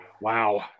Wow